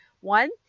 One